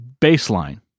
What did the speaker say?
baseline